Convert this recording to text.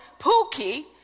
Pookie